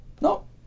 No